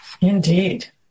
Indeed